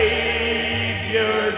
Savior